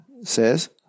says